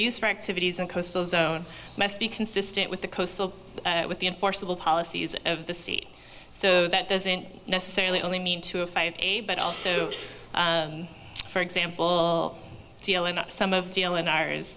used for activities in coastal zone must be consistent with the coastal with the enforceable policies of the sea so that doesn't necessarily only mean to a five a but also for example deal in some of deal and ours